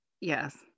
Yes